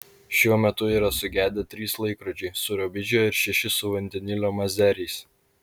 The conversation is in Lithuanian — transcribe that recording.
šiuo metu yra sugedę trys laikrodžiai su rubidžio ir šeši su vandenilio mazeriais